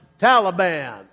Taliban